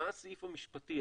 מה הסעיף המשפטי,